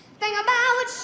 think about